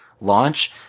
launch